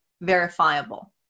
verifiable